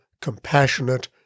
compassionate